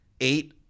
eight